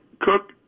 Cook